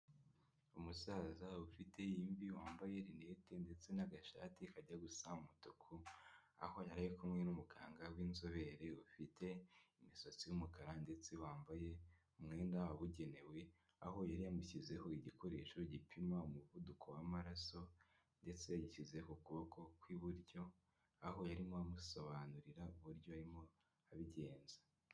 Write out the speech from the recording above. Umusaza ufite imvi wambaye rinete ndetse n’agashati kajya gusa umutuku aho yarari kumwe n'umuganga w'inzobere ufite imisatsi y'umukara ndetse wambaye umwenda wabugenewe aho yari yamushyizeho igikoresho gipima umuvuduko w'amaraso ndetse yashyizeho ukuboko kw'iburyo aho yarimo amusobanurira uburyo arimo abigenza.